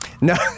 no